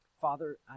Father